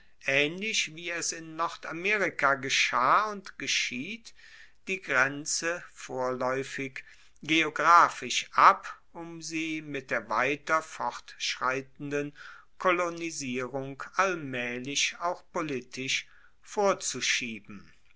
aehnlich wie es in nordamerika geschah und geschieht die grenze vorlaeufig geographisch ab um sie mit der weiter vorschreitenden kolonisierung allmaehlich auch politisch vorzuschieben